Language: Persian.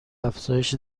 افزایش